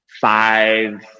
five